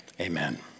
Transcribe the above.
Amen